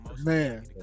Man